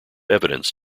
evidence